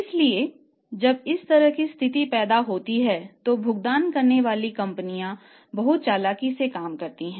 इसलिए जब इस तरह की स्थिति पैदा होती है तो भुगतान करने वाली कंपनियां बहुत चालाकी से काम करती हैं